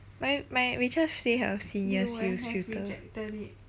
my my rachel say her seniors use filter